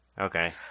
Okay